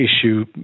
issue